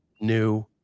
new